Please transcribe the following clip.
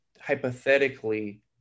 hypothetically